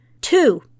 Two